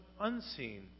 unseen